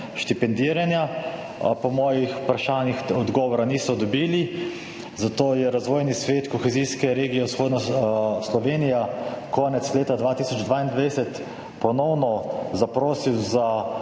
štipendiranja. Po mojih vprašanjih odgovora niso dobili. Zato je Razvojni svet kohezijske regije Vzhodna Slovenija konec leta 2022 ponovno zaprosil za